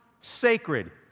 sacred